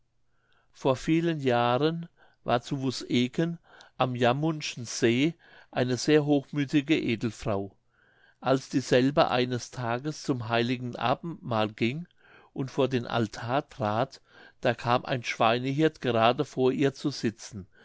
vor vielen jahren war zu wusseken am jamundschen see eine sehr hochmüthige edelfrau als dieselbe eines tages zum heiligen abendmahl ging und vor den altar trat da kam ein schweinehirt gerade vor ihr zu sitzen